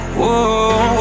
whoa